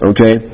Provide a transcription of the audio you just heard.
Okay